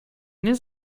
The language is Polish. nie